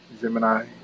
Gemini